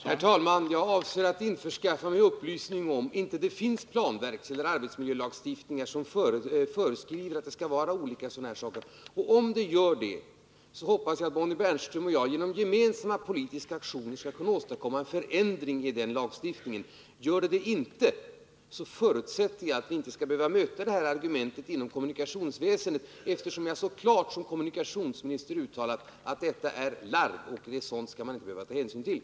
Herr talman! Jag avser att införskaffa upplysning om huruvida det finns planverksregler eller arbetsmiljölagstiftning som föreskriver att det skall vara olika toaletter och duschar, Om det gör det, hoppas jag att Bonnie Bernström och jag genom gemensamma politiska aktioner skall kunna åstadkomma en förändring i sådana regler och lagar. Gör det inte det, så förutsätter jag att vi inte skall behöva möta det här argumentet inom kommunikationsväsendet, eftersom jag som kommunikationsminister så klart har uttalat att detta är larv och att sådant skall man inte behöva ta hänsyn till.